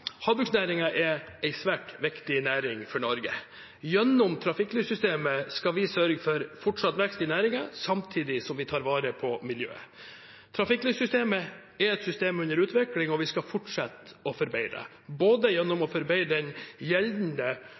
er en svært viktig næring for Norge. Gjennom trafikklyssystemet skal vi sørge for fortsatt vekst i næringen, samtidig som vi tar vare på miljøet. Trafikklyssystemet er et system under utvikling, og vi skal fortsette å forbedre det, både gjennom å forbedre den gjeldende